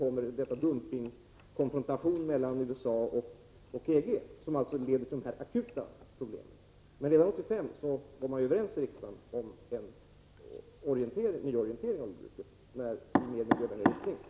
Därtill kommer dumpingkonfrontationen mellan USA och EG, som leder till de akuta problemen. Men redan 1985 var vi i riksdagen överens om en nyorientering av jordbruket i den riktning jag angivit.